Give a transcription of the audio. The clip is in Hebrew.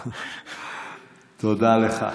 תודה לך.